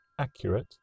accurate